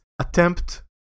attempt